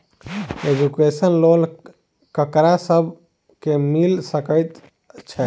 Education loan ककरा सब केँ मिल सकैत छै?